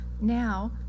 Now